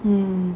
mmhmm